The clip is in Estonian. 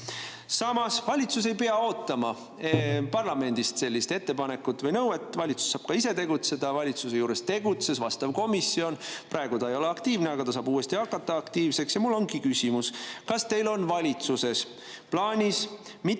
Samas, valitsus ei pea ootama parlamendilt sellist ettepanekut või nõuet, valitsus saaks ka ise tegutseda. Valitsuse juures tegutses vastav komisjon, praegu ta ei ole aktiivne, aga ta saaks uuesti aktiivseks hakata. Mul ongi küsimus: kas teil on valitsuses plaanis